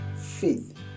faith